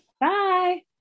Bye